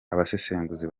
abasesenguzi